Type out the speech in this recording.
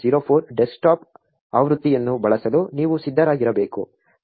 04 desktop ಆವೃತ್ತಿಯನ್ನು ಬಳಸಲು ನೀವು ಸಿದ್ಧರಾಗಿರಬೇಕು